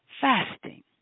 fasting